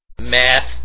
Math